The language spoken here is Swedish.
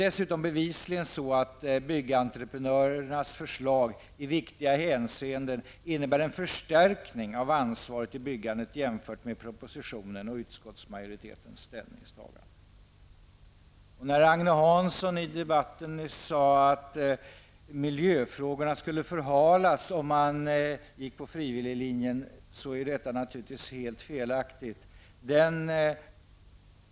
Byggentreprenörenas förslag innebär dessutom bevisligen i viktiga hänseenden en förstärkning av ansvaret i byggandet jämfört med propositionen och utskottsmajoritetens ställningstagande. Agne Hansson sade nyss i debatten att miljöfrågorna skulle förhalas om man gick på frivilliglinjen. Detta är naturligtvis helt fel.